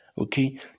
okay